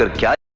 ah get